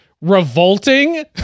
Revolting